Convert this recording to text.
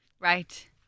Right